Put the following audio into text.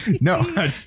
No